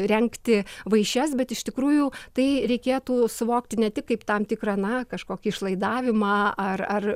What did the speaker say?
rengti vaišes bet iš tikrųjų tai reikėtų suvokti ne tik kaip tam tikrą na kažkokį išlaidavimą ar ar